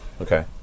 Okay